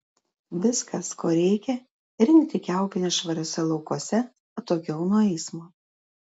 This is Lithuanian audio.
viskas ko reikia rinkti kiaulpienes švariuose laukuose atokiau nuo eismo